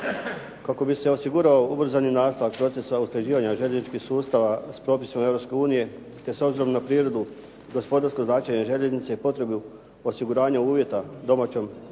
Kako bi se osigurao ubrzani nastavak procesa usklađivanja željezničkih sustava s propisima Europske unije te s obzirom na prirodu gospodarskog značenja željeznice i potrebu osiguranja uvjeta u domaćem željezničkom